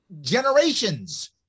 generations